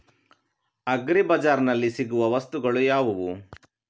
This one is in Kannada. ಅಗ್ರಿ ಬಜಾರ್ನಲ್ಲಿ ಸಿಗುವ ವಸ್ತುಗಳು ಯಾವುವು?